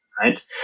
Right